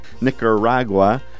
Nicaragua